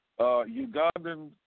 Ugandan